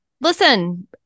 Listen